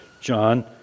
John